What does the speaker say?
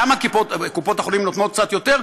למה קופות-החולים נותנות קצת יותר?